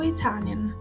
Italian